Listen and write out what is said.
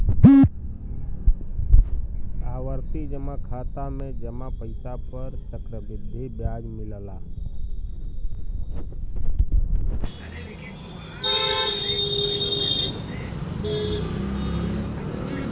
आवर्ती जमा खाता में जमा पइसा पर चक्रवृद्धि ब्याज मिलला